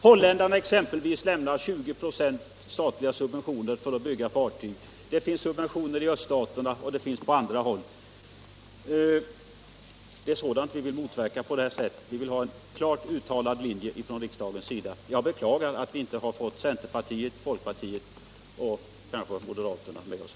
Holländarna exempelvis lämnar 20 96 statliga subventioner för att bygga även utländska fartyg. Det förekommer subventioner i öststaterna, och det förekommer på andra håll. Det är eventuella följder härav vi vill motverka på det här sättet. Vi ville ha en klart uttalad linje från riksdagens sida, och jag beklagar att vi inte har fått centerpartiet, folkpartiet och moderata samlingspartiet med oss.